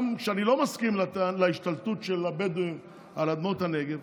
גם כשאני לא מסכים להשתלטות של הבדואים על אדמות הנגב,